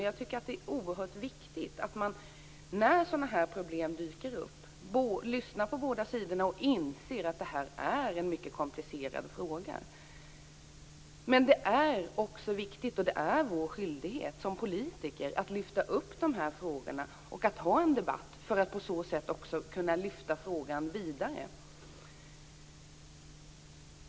Jag tycker att det är oerhört viktigt att man när sådana här problem dyker upp lyssnar på båda sidorna och inser att det är en mycket komplicerad fråga. Men det är också vår skyldighet som politiker att lyfta upp de här frågorna och att ta en debatt för att kunna föra frågan vidare.